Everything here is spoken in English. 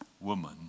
woman